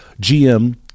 GM